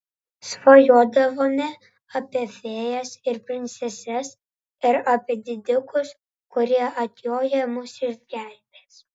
svajodavome apie fėjas ir princeses ir apie didikus kurie atjoję mus išgelbės